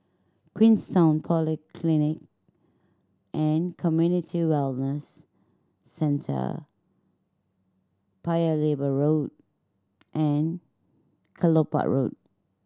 Queenstown Polyclinic and Community Wellness Centre Paya Lebar Road and Kelopak Road